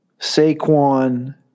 Saquon